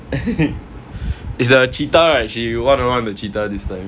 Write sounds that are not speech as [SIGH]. [LAUGHS] is like a cheetah right she run around with a cheetah this time